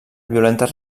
violentes